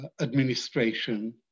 administration